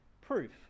proof